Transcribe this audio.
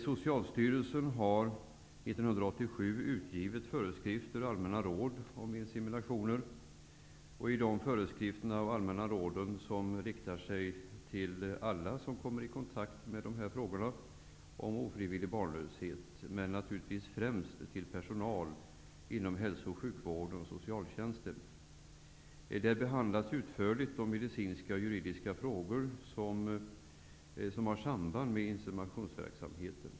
Socialstyrelsen har 1987 utgivit föreskrifter och allmänna råd om inseminationer. I föreskrifterna och de allmänna råden, som riktar sig till alla som kommer i kontakt med frågor rörande ofrivillig barnlöshet men naturligtvis främst till personal inom hälso och sjukvården och socialtjänsten, behandlas utförligt de medicinska och juridiska frågor som har samband med inseminationsverksamheten.